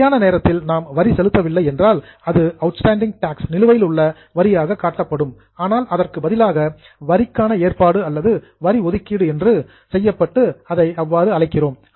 சரியான நேரத்தில் நாம் வரி செலுத்தவில்லை என்றால் அது அவுட்ஸ்டாண்டிங் டாக்ஸ் நிலுவையில் உள்ள வரியாக காட்டப்பட வேண்டும் ஆனால் அதற்கு பதிலாக வரிக்கான ஏற்பாடு அல்லது வரி ஒதுக்கீடு என்று அழைக்கிறோம்